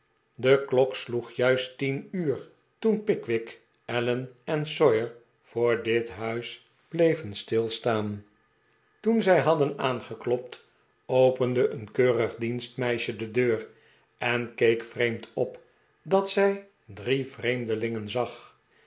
de klok sloeg juist tien uur toen pickwick allen en sawyer voor dit huisbleven stilstaan toen zij hadden aangeklopt opende een keurig dienstmeisje de deur en keek vreemd op dat zij drie vreemdelingen zag